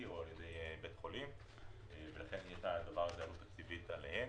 או על ידי בית חולים ולכן יש לדבר הזה תקציבים וזה עליהם,